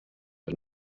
but